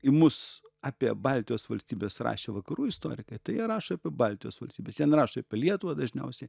į mus apie baltijos valstybes rašė vakarų istorikai tai jie rašo apie baltijos valstybes jie nerašo apie lietuvą dažniausiai